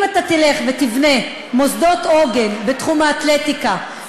אם אתה תלך ותבנה מוסדות עוגן בתחום האתלטיקה,